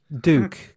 Duke